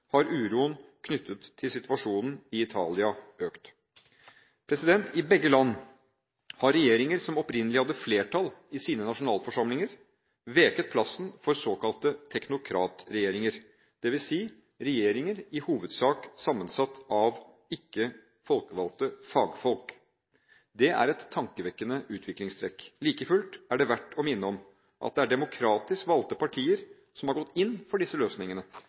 har uroen knyttet til situasjonen i Italia økt. I begge land har regjeringer som opprinnelig hadde flertall i sine nasjonalforsamlinger, veket plassen for såkalte teknokratregjeringer, dvs. regjeringer i hovedsak sammensatt av ikke folkevalgte fagfolk. Det er et tankevekkende utviklingstrekk. Like fullt er det verdt å minne om at det er demokratisk valgte partier som har gått inn for disse løsningene,